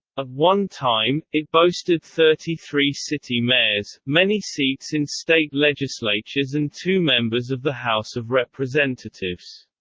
at one time, it boasted thirty three city mayors, many seats in state legislatures and two members of the house of representatives.